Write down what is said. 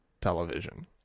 television